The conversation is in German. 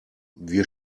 wir